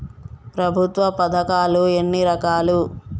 ప్రభుత్వ పథకాలు ఎన్ని రకాలు?